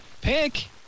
pick